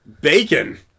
bacon